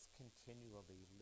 continually